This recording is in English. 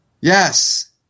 yes